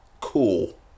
cool